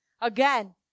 Again